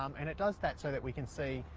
um and it does that so that we can see.